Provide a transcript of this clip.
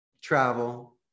travel